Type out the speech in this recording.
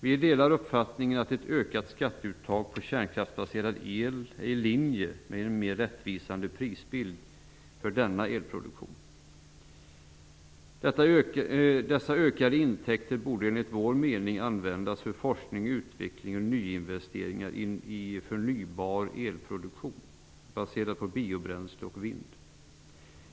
Vi delar uppfattningen att ett ökat skatteuttag på kärnkraftsbaserad el är i linje med en mer rättvisande prisbild för denna elproduktion. Dessa ökade intäkter borde enligt vår mening användas för forskning, utveckling och nyinvesteringar i förnybar elproduktion baserad på biobränsle och vind.